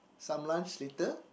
some lunch later